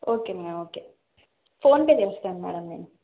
okay madam okay PhonePe చేస్తాను madam నేను